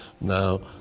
Now